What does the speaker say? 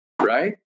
right